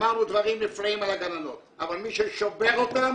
אמרנו דברים נפלאים על הגננות אבל מי ששובר אותן